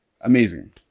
amazing